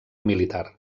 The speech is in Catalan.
militar